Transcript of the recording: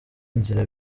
inzira